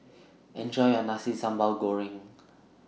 Enjoy your Nasi Sambal Goreng